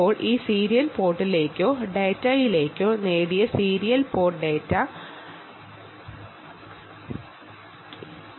ഇപ്പോൾ ഈ സീരിയൽ പോർട്ടിൽ ഡാറ്റ എത്തിയിരിക്കുന്നു